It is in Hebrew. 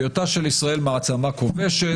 בהיותה של ישראל מעצמה כובשת,